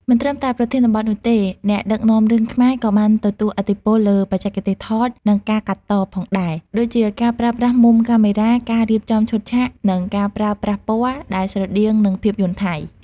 មិនត្រឹមតែប្រធានបទនោះទេ អ្នកដឹកនាំរឿងខ្មែរក៏បានទទួលឥទ្ធិពលលើ បច្ចេកទេសថត និងការកាត់ត ផងដែរ ដូចជាការប្រើប្រាស់មុំកាមេរ៉ា ការរៀបចំឈុតឆាក និងការប្រើប្រាស់ពណ៌ ដែលស្រដៀងនឹងភាពយន្តថៃ។